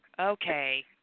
Okay